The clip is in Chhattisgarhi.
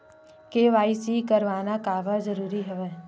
के.वाई.सी करवाना काबर जरूरी हवय?